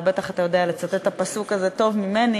ובטח אתה יודע לצטט את הפסוק הזה טוב ממני,